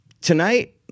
tonight